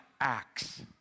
acts